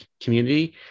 community